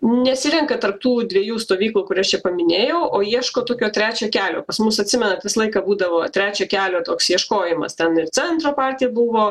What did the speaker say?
nesirenka tarp tų dviejų stovyklų kurias čia paminėjau o ieško tokio trečio kelio pas mus atsimenat visą laiką būdavo trečio kelio toks ieškojimas ten ir centro partija buvo